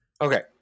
Okay